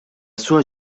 sua